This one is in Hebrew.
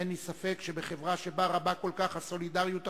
אין לי ספק שבחברה שבה רבה כל כך הסולידריות החברתית,